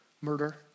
Murder